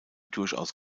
durchaus